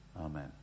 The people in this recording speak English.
Amen